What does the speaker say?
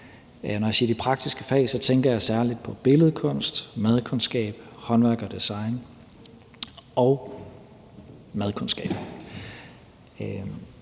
Når jeg siger de praktiske fag, tænker jeg særlig på billedkunst, madkundskab, håndværk og design, som